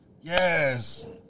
yes